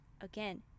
Again